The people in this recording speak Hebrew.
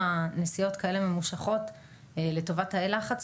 נסיעות כאלה ממושכות לטובת תאי לחץ,